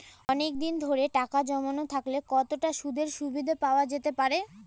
অনেকদিন ধরে টাকা জমানো থাকলে কতটা সুদের সুবিধে পাওয়া যেতে পারে?